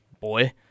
boy